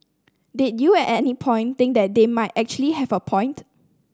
did you at any point think that they might actually have a point